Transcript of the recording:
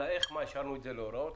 על האיך השארנו את זה להוראות?